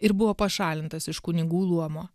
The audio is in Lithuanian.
ir buvo pašalintas iš kunigų luomo